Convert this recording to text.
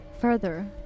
further